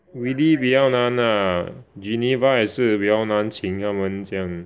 Weelee 比较难 ah Geneva 也是比较难请他们这样